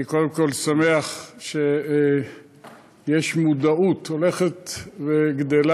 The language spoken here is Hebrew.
קודם כול, אני שמח שיש מודעות הולכת וגדלה,